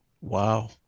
wow